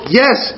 yes